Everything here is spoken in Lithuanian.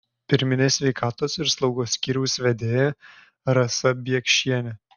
pirminės sveikatos ir slaugos skyriaus vedėja rasa biekšienė